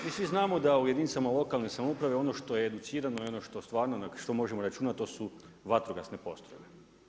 Mi svi znamo da u jedinicama lokalne samouprave da ono što je educirano i ono što stvarno možemo računati, to su vatrogasne postrojbe.